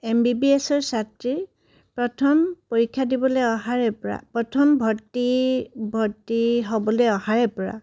M B B এছৰ ছাত্ৰী প্ৰথম পৰীক্ষা দিবলৈ অহাৰে পৰা প্ৰথম ভৰ্তি ভৰ্তি হ'বলৈ অহাৰে পৰা